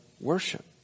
worship